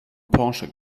porsche